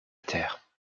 terre